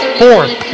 fourth